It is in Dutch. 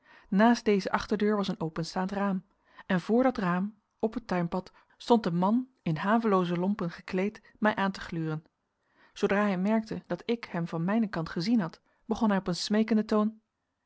naast deze achterdeur was een openstaand raam en voor dat raam op het tuinpad stond een man in havelooze lompen gekleed mij aan te gluren zoodra hij merkte dat ik hem van mijnen kant gezien had begon hij op een smeekenden toon